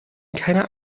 keiner